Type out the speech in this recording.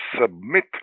submit